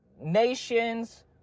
nations